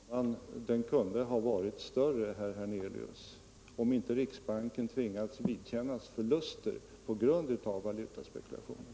Herr talman! Den kunde ha varit större, herr Hernelius, om inte riksbanken tvingats vidkännas förluster på grund av valutaspekulationen.